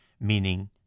meaning